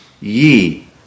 ye